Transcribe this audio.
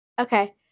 Okay